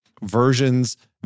Versions